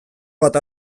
bat